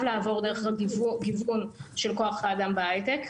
לעבור דרך גיוון של כוח האדם בהיי-טק.